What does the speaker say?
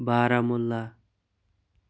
Baramulla